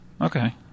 Okay